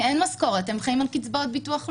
כי אין משכורת והם חיים על קצבאות של ביטוח לאומי.